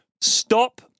stop